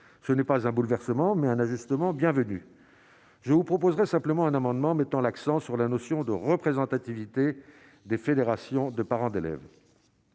ce n'est pas un bouleversement, mais un ajustement bienvenu je vous proposerais simplement un amendement mettant l'accent sur la notion de représentativité des fédérations de parents d'élèves,